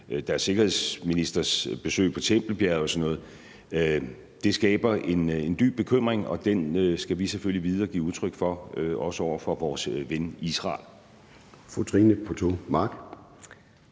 deres sikkerhedsministers besøg på Tempelbjerget og sådan noget – skaber en dyb bekymring, og den skal vi selvfølgelig vide at give udtryk for, også over for vores ven Israel. Kl.